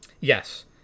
Yes